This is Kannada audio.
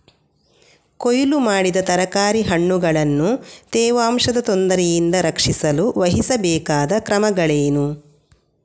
ಕೊಯ್ಲು ಮಾಡಿದ ತರಕಾರಿ ಹಣ್ಣುಗಳನ್ನು ತೇವಾಂಶದ ತೊಂದರೆಯಿಂದ ರಕ್ಷಿಸಲು ವಹಿಸಬೇಕಾದ ಕ್ರಮಗಳೇನು?